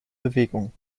bewegung